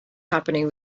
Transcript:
happening